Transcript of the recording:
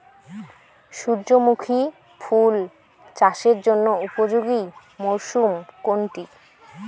সূর্যমুখী ফুল চাষের জন্য উপযোগী মরসুম কোনটি?